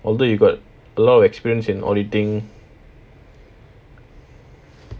I thought you got a lot of experience in auditing